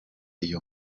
iyo